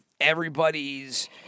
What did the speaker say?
everybody's